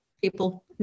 people